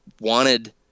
wanted